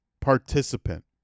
participant